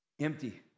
empty